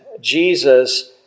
Jesus